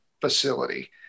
facility